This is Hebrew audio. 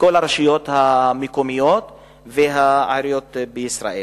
כל הרשויות המקומיות והעיריות בישראל,